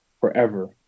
forever